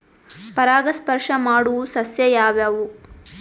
ಪರಾಗಸ್ಪರ್ಶ ಮಾಡಾವು ಸಸ್ಯ ಯಾವ್ಯಾವು?